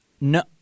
No